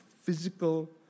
physical